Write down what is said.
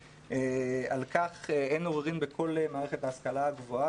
על כך אין עוררין בכל מערכת ההשכלה הגבוהה,